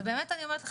ובאמת אני אומרת לך,